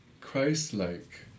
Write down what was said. Christ-like